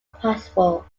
possible